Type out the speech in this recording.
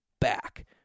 back